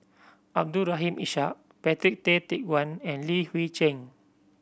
Abdul Rahim Ishak Patrick Tay Teck Guan and Li Hui Cheng